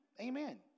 Amen